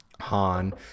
Han